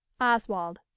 Oswald